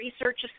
Research